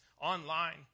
online